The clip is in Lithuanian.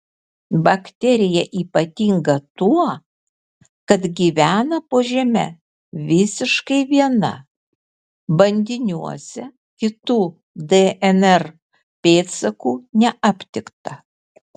bakterija ypatinga tuo kad gyvena po žeme visiškai viena bandiniuose kitų dnr pėdsakų neaptikta